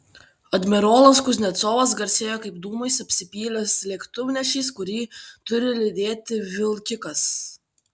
admirolas kuznecovas garsėjo kaip dūmais apsipylęs lėktuvnešis kurį turi lydėti vilkikas